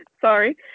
Sorry